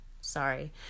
sorry